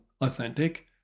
authentic